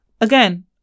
Again